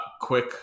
quick